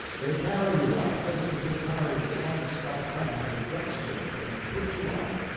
they carry you out, just as they carry a sun-struck man to the drug store, and put you on,